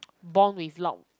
born with loud